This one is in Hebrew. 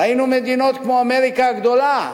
ראינו מדינות כמו אמריקה הגדולה,